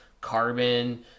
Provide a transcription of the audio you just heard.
carbon